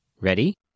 Ready